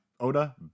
oda